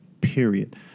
Period